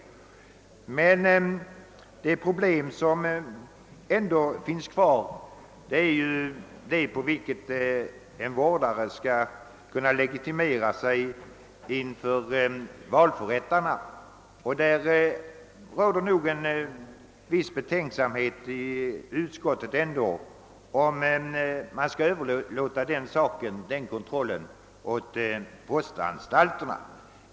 Men det kvarstående problemet är ju på vilket sätt en vårdare skall kunna legitimera sig inför valförrättaren, och det har inom utskottet rått viss betänksamhet om denna kontroll skall överlåtas åt postanstalterna.